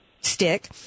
stick